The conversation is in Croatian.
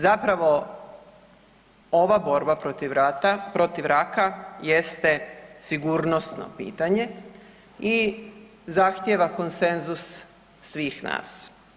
Zapravo ova borba protiv rata, protiv raka jeste sigurnosno pitanje i zahtjeva konsenzus svih nas.